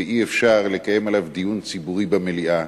ואי-אפשר לקיים דיון ציבורי עליו במליאה,